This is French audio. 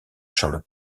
charles